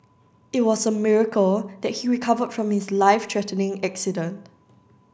it was a miracle that he recovered from his life threatening accident